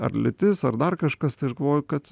ar lytis ar dar kažkas tai aš galvoju kad